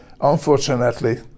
Unfortunately